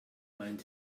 meint